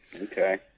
Okay